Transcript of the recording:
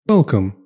Welcome